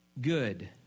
good